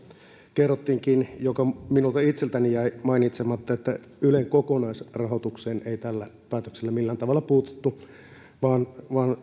kerrottiinkin mikä minulta itseltäni jäi mainitsematta ylen kokonaisrahoitukseen ei tällä päätöksellä millään tavalla puututtu vaan